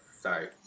sorry